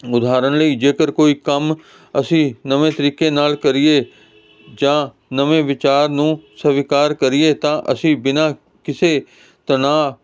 ਉਦਾਹਰਨ ਲਈ ਜੇਕਰ ਕੋਈ ਕੰਮ ਅਸੀਂ ਨਵੇਂ ਤਰੀਕੇ ਨਾਲ ਕਰੀਏ ਜਾਂ ਨਵੇਂ ਵਿਚਾਰ ਨੂੰ ਸਵੀਕਾਰ ਕਰੀਏ ਤਾਂ ਅਸੀਂ ਬਿਨਾਂ ਕਿਸੇ ਤਨਾਅ